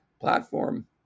platform